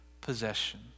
possession